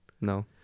no